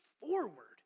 forward